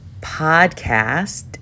podcast